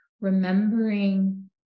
remembering